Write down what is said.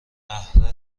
بهره